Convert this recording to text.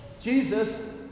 Jesus